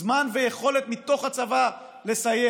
זמן ויכולת מתוך הצבא לסייע?